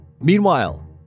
Meanwhile